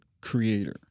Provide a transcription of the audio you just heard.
creator